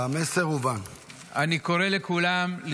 לא, לא.